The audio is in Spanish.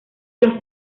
los